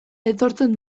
etortzen